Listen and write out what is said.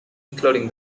including